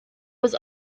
was